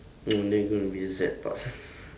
mm there gonna be a sad parts